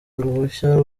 uruhushya